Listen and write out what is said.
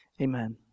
amen